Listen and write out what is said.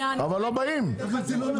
באים.